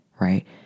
right